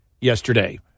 yesterday